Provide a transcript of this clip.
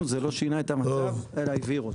זה לא שינה את המצב אלא הבהיר אותו.